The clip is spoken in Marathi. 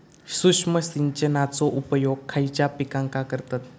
सूक्ष्म सिंचनाचो उपयोग खयच्या पिकांका करतत?